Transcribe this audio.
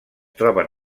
troben